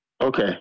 Okay